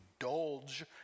indulge